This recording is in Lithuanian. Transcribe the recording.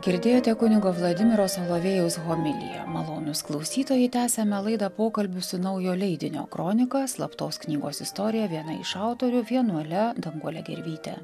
girdėjote kunigo vladimiro solovėjaus homiliją malonūs klausytojai tęsiame laidą pokalbiu su naujo leidinio kronika slaptos knygos istorija viena iš autorių vienuole danguole gervyte